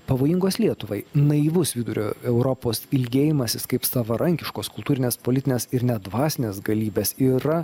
pavojingos lietuvai naivus vidurio europos ilgėjimasis kaip savarankiškos kultūrinės politinės ir net dvasinės galybės yra